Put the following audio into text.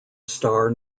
star